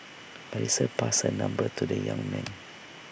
Melissa passed her number to the young man